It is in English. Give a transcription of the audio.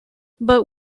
but